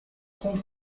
com